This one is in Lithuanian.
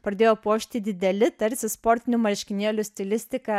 pradėjo puošti dideli tarsi sportinių marškinėlių stilistiką